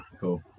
cool